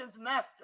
master